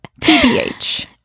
tbh